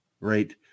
right